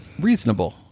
reasonable